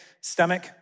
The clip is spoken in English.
stomach